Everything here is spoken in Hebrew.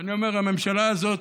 ואני אומר, הממשלה הזאת,